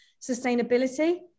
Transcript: sustainability